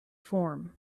form